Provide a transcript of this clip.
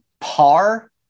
par